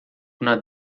una